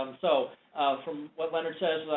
um so from what leonard says,